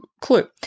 clue